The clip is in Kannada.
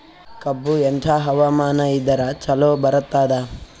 ಕಬ್ಬು ಎಂಥಾ ಹವಾಮಾನ ಇದರ ಚಲೋ ಬರತ್ತಾದ?